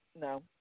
no